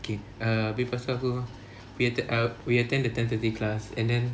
K err abeh lepas tu aku we attend err we attend the ten thirty class and then